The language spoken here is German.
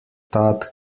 tat